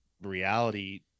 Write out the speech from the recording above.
reality